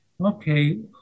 okay